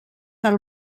del